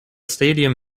stadium